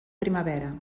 primavera